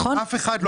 נכון.